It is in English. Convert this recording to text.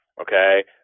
Okay